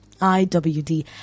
IWD